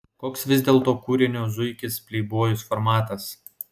koks vis dėlto kūrinio zuikis pleibojus formatas